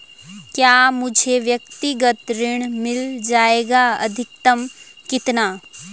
क्या मुझे व्यक्तिगत ऋण मिल जायेगा अधिकतम कितना?